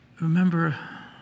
Remember